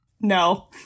No